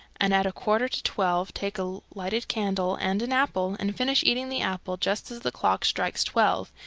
and at a quarter to twelve take a lighted candle and an apple, and finish eating the apple just as the clock strikes twelve,